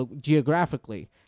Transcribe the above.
geographically